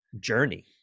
journey